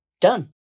Done